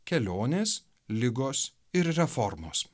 kelionės ligos ir reformos